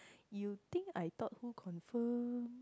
you think I thought who confirm